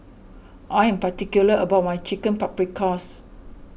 I am particular about my Chicken Paprikas